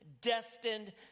destined